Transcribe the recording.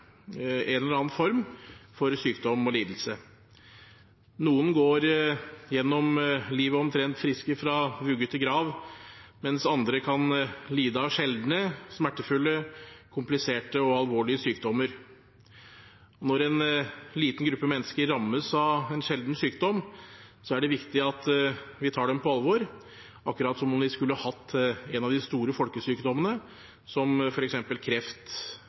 en eller annen form for sykdom eller lidelse. Noen går gjennom livet omtrent friske fra vugge til grav, mens andre kan lide av sjeldne, smertefulle, kompliserte og alvorlige sykdommer. Når en liten gruppe mennesker rammes av en sjelden sykdom, er det viktig at vi tar dem på alvor akkurat som om de skulle hatt en av de store folkesykdommene, som f.eks. kreft,